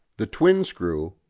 the twin screw,